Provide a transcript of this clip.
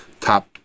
top